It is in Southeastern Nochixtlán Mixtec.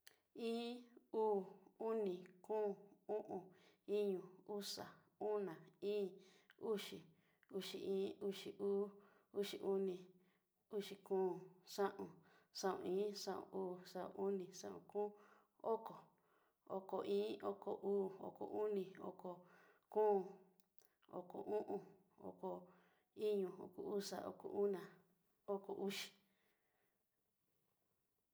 Iin, uu, oni, ko, o'on, iño, uxa, ona íín, uxi, uxi iin, uxi uu, uxi ko, xaon, xaun iin, xaun uu, xaun oni, xaon ko, oko, oko iin, oko uu, oko oni, oko ko, oko o'on, oko iño, oko uxa, oko ona, oko uxi.